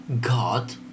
God